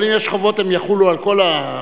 אבל אם יש חובות הן יחולו על כל הערוצים,